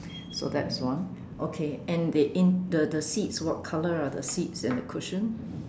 so that's one okay and the in the the seats what colour are the seats and the cushions